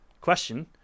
Question